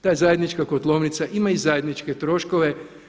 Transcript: Ta zajednička kotlovnica ima i zajedničke troškove.